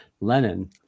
Lenin